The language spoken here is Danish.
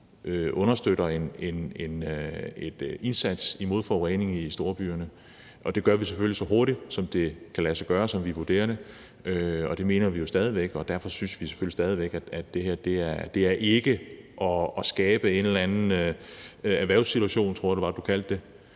understøtter en indsats imod forureningen i storbyerne. Det gør vi selvfølgelig så hurtigt, som det kan lade sig gøre, sådan som vi vurderer det. Det mener vi jo stadig væk, og derfor synes vi selvfølgelig stadig væk, at det her ikke er at skabe en eller anden erhvervssituation, tror jeg du kaldte det.